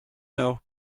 know